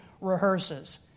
rehearses